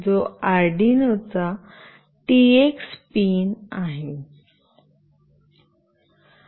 जो अर्डिनो चा TX pin आहे